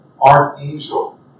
archangel